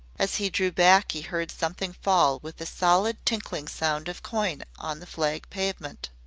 as he drew back he heard something fall with the solid tinkling sound of coin on the flag pavement.